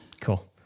Cool